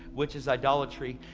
which is idolatry,